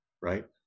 right